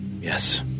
Yes